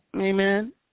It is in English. Amen